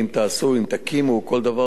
אם תקימו כל דבר אחר,